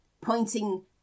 Pointing